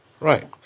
Right